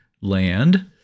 land